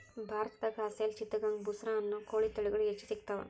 ಭಾರತದಾಗ ಅಸೇಲ್ ಚಿತ್ತಗಾಂಗ್ ಬುಸ್ರಾ ಅನ್ನೋ ಕೋಳಿ ತಳಿಗಳು ಹೆಚ್ಚ್ ಸಿಗತಾವ